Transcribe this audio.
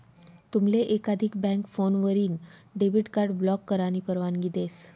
तुमले एकाधिक बँक फोनवरीन डेबिट कार्ड ब्लॉक करानी परवानगी देस